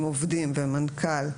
אם עובדים ומנכ"ל,